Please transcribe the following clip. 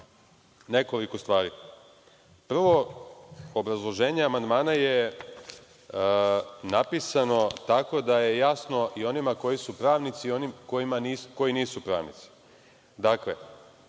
nekoliko stvari. Prvo, obrazloženje amandmana je napisano tako da je jasno i onima koji su pravnici i onima koji nisu pravnici.